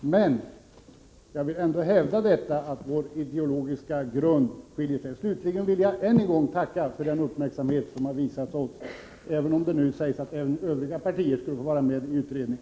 Men jag vill ändå hävda att våra ideologiska grunder skiljer sig åt! Slutligen vill jag än en gång tacka för den uppmärksamhet som har visats oss — även om det nu sägs att också övriga partier skulle få vara med i en utredning.